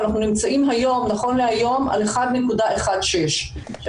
אנחנו נמצאים נכון להיום על 1.16. עכשיו,